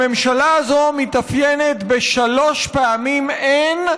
הממשלה הזאת מתאפיינת בשלוש פעמים "אין"